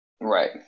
right